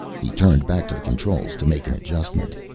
he turned back to the controls to make an adjustment.